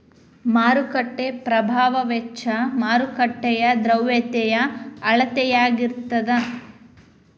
ಮಾರುಕಟ್ಟೆ ಪ್ರಭಾವ ವೆಚ್ಚ ಮಾರುಕಟ್ಟೆಯ ದ್ರವ್ಯತೆಯ ಅಳತೆಯಾಗಿರತದ